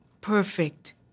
perfect